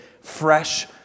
fresh